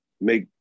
make